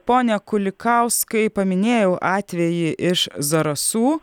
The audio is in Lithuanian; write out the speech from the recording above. pone kulikauskai paminėjau atvejį iš zarasų